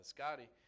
Scotty